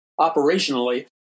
operationally